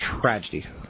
tragedy